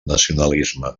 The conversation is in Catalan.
nacionalisme